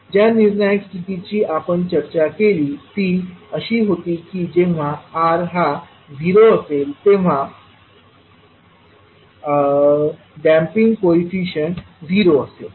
ज्या निर्णायक स्थितीची आपण चर्चा केली ती अशी होती की जेव्हा R हा 0 असेल तेव्हा डम्पिंग कोयफिशन्ट 0 असेल